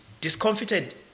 discomfited